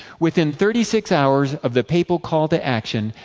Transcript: within thirty six hours of the papal call to action,